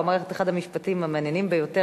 הוא אמר את אחד המשפטים המעניינים ביותר: